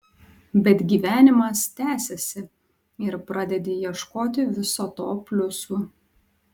bet gyvenimas tęsiasi ir pradedi ieškoti viso to pliusų